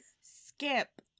Skip